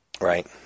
Right